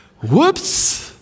Whoops